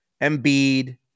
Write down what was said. Embiid